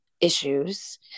issues